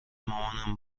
مامانم